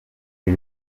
lil